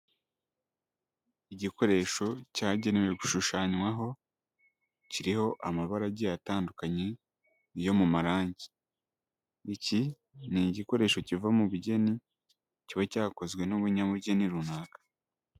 Igikoresho cyagenewe gushushanywa, kiriho amabara agiye atandukanye yo mu marangi. Iki ni igikoresho kiva mu bugeni, kiba cyakozwe n'umunyabugeni runaka.